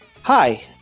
Hi